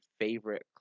favorite